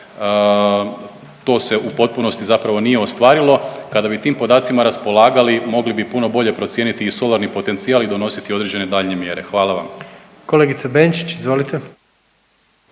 to se u potpunosti zapravo nije ostvarilo. Kada bi tim podacima raspolagali mogli bi puno bolje procijeniti i solarni potencijal i donositi određene daljnje mjere. Hvala vam. **Jandroković, Gordan